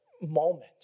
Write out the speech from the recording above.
moment